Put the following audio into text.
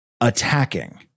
attacking